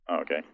Okay